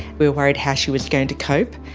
we were worried how she was going to cope.